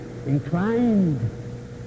inclined